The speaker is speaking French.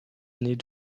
années